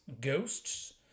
Ghosts